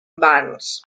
burns